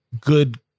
good